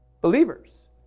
Believers